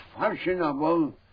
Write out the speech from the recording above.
fashionable